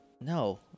No